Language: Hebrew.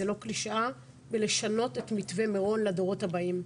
זה לא קלישאה ולשנות את מתווה מירון לדורות הבאים,